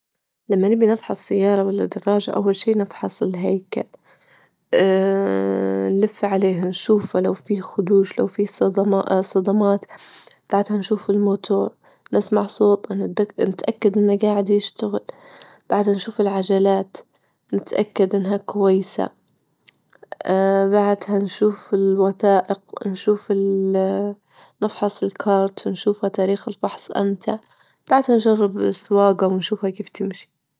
لما نبي نفحص سيارة ولا دراجة أول شي نفحص الهيكل نلف عليها نشوفها لو فيه خدوش، لو فيه صدما- صدمات، بعدها نشوف الموتور، نسمع صوت إن نتأكد إنه جاعد يشتغل، بعدها نشوف العجلات نتأكد إنها كويسة بعدها نشوف الوثائق، ونشوف ال- نفحص الكارت، ونشوفها تاريخ الفحص إمتى، بعدها نجرب السواجة ونشوفها كيف تمشي.